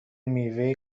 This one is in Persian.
میوه